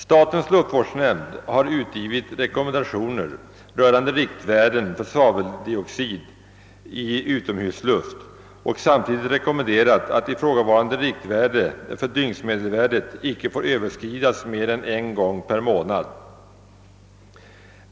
Statens luftvårdsnämnd har utgivit rekommendationer rörande riktvärden för svaveldioxid i utomhusluft och samtidigt rekommenderat, att ifrågavarande riktvärde för dygnsmedelvärdet icke får överskridas mer än en gång per månad.